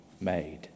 made